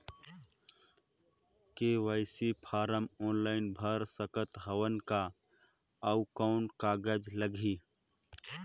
KYC form online भर सकत हवं का? अउ कौन कागज लगही?